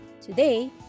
Today